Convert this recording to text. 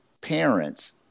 parents –